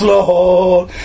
Lord